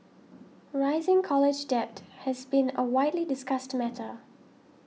rising college debt has been a widely discussed matter